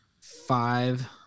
five